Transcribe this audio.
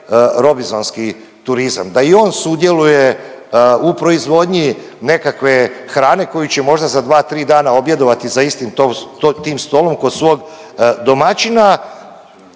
robinzonski turizam, da i on sudjeluje u proizvodnji nekakve hrane koju će možda za 2-3 dana objedovati za istim tim stolom kod svog domaćina,